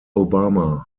obama